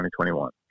2021